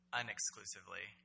unexclusively